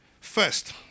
First